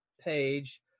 page